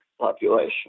population